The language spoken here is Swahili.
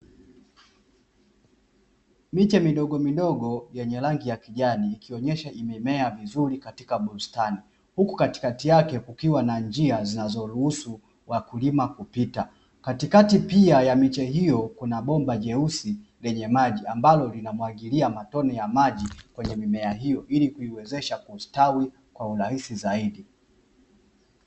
Miche midogomidogo yenye rangi ya kijani ikionyesha imemea vizuri katika bustani huku katikati yake kukiwa na njia zinazoruhusu wakulima kupita katikati pia ya miche hio kuna bomba jeusi lenye maji ambalo linamwagilia matone ya maji kwenye mimea hio ili kuiwezesha kustawi kwa urahisi zaidi.